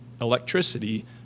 electricity